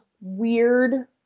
weird